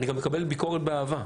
אני גם מקבל ביקורת באהבה,